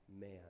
man